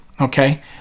Okay